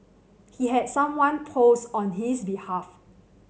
he had someone post on his behalf